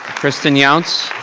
christine yonts.